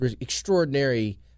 extraordinary